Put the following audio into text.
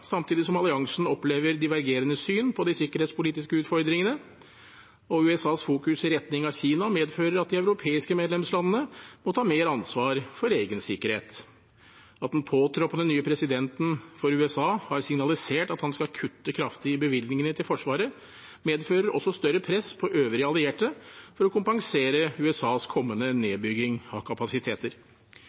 samtidig som alliansen opplever divergerende syn på de sikkerhetspolitiske utfordringene, og USAs fokus i retning av Kina medfører at de europeiske medlemslandene må ta mer ansvar for egen sikkerhet. At den påtroppende presidenten i USA har signalisert at han skal kutte kraftig i bevilgningene til Forsvaret, medfører også større press på øvrige allierte for å kompensere USAs kommende nedbygging av kapasiteter.